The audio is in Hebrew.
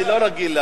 אני לא רגיל,